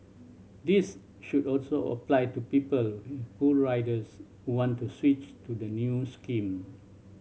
this should also apply to people with full riders who want to switch to the new scheme